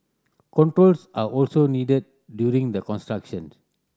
controls are also needed during the construction